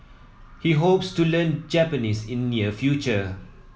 he hopes to learn Japanese in near future